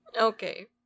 Okay